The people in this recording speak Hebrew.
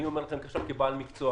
אני אומר את זה כבעל מקצוע,